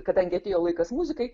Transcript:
kadangi atėjo laikas muzikai